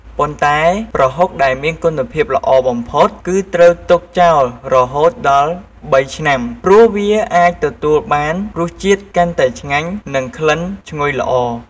ប៉ុន្តែប្រហុកដែលមានគុណភាពល្អបំផុត គឺត្រូវទុកចោលរហូតដល់ ៣ ឆ្នាំ ព្រោះវាអាចទទួលបានរសជាតិកាន់តែឆ្ងាញ់និងក្លិនឈ្ងុយល្អ។